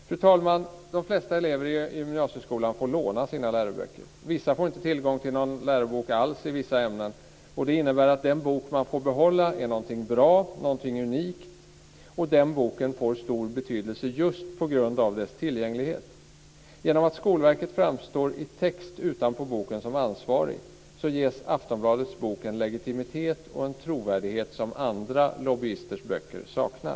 Fru talman! De flesta elever i gymnasieskolan får låna sina läroböcker. Vissa får inte tillgång till någon lärobok alls i vissa ämnen. Det innebär att den bok man får behålla är någonting bra och unikt, och den boken får stor betydelse just tack vare dess tillgänglighet. Genom att Skolverket framstår i text utanpå boken som ansvarigt ges Aftonbladets bok en legitimitet och en trovärdighet som andra lobbyisters böcker saknar.